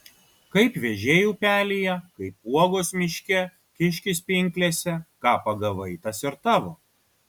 kaip vėžiai upelyje kaip uogos miške kiškis pinklėse ką pagavai tas ir tavo